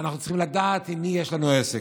אנחנו צריכים לדעת עם מי יש לנו עסק.